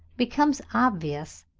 becomes obvious,